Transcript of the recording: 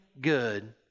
good